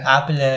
Apple